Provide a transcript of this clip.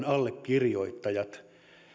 allekirjoittajat